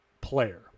player